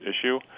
issue